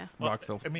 Rockville